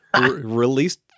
released